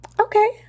Okay